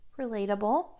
relatable